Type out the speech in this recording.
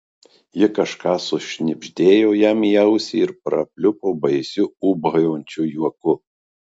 ji kažką sušnibždėjo jam į ausį ir prapliupo baisiu ūbaujančiu juoku